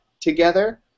together